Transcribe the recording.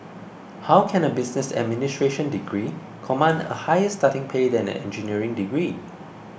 how can a business administration degree command a higher starting pay than an engineering degree